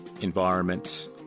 environment